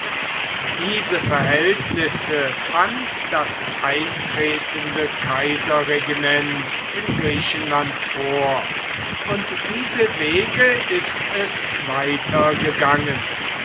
diese verhältnisse fand das eintretende kaiserregiment in griechenland vor und diese wege ist es weiter gegangen